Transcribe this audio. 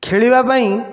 ଖେଳିବାପାଇଁ